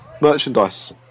merchandise